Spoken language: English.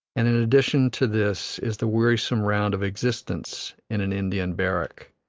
and in addition to this is the wearisome round of existence in an indian barrack,